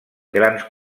grans